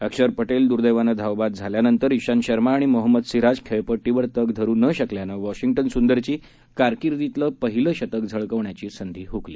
अक्षर पटेल दुर्देवानं धावबाद झाल्यानंतर आांत शर्मा आणि मोहम्मद सिराज खेळपट्टीवर तग धरू न शकल्यानं वॉशिष्टन सुंदरची कारकीर्दीतलं पहिलं शतक झळकावण्याची संधी हुकली